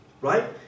right